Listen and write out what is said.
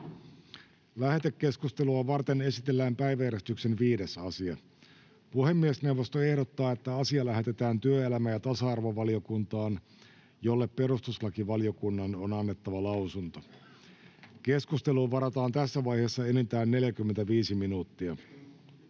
Lähetekeskustelua varten esitellään päiväjärjestyksen 5. asia. Puhemiesneuvosto ehdottaa, että asia lähetetään työelämä- ja tasa-arvovaliokuntaan, jolle perustuslakivaliokunnan on annettava lausunto. Keskusteluun varataan tässä vaiheessa enintään 45 minuuttia.